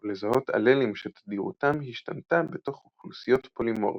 או לזהות אללים שתדירותם השתנתה בתוך אוכלוסיות פולימורפיות,